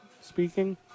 speaking